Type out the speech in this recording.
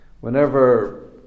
whenever